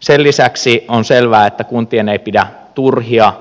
sen lisäksi on selvää että kuntien ei pidä soveltaa turhia